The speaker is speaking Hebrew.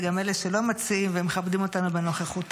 וגם אלה שלא מציעים ומכבדים אותנו בנוכחותם,